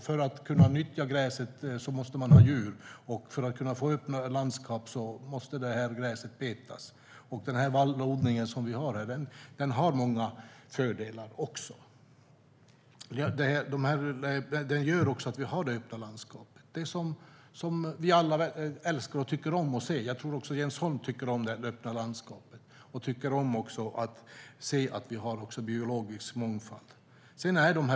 För att kunna nyttja gräset måste man ha djur, och för att kunna få öppna landskap måste gräset betas. Vallodlingen som vi har här har många fördelar och gör också att vi har det öppna landskapet som vi alla älskar och tycker om att se. Jag tror att Jens Holm också tycker om det öppna landskapet och att vi har biologisk mångfald.